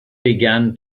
began